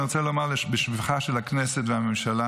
אני רוצה לומר בשבחה של הכנסת ושל הממשלה